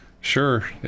sure